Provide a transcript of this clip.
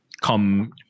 come